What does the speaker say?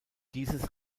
dieses